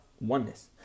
oneness